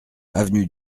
avenue